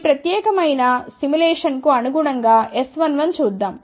ఈ ప్రత్యేకమైన సిమ్యులేషన్ కు అనుగుణంగా S11 చూద్దాం